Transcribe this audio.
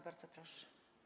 Bardzo proszę.